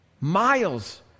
miles